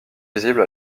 visible